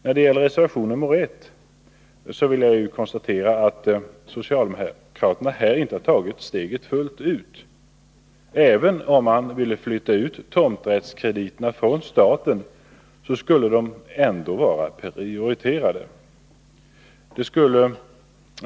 När det gäller reservation 1 vill jag konstatera att socialdemokraterna här inte tagit steget fullt ut. Även om man, som socialdemokraterna vill, flyttar ut tomträttskrediterna från staten skulle dessa vara prioriterade.